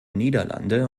niederlande